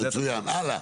מצוין, הלאה.